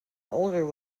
older